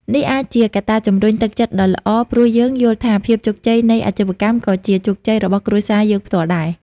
នេះអាចជាកត្តាជំរុញទឹកចិត្តដ៏ល្អ ព្រោះយើងយល់ថាភាពជោគជ័យនៃអាជីវកម្មក៏ជាជោគជ័យរបស់គ្រួសារយើងផ្ទាល់ដែរ។